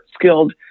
skilled